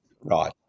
right